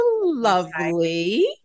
lovely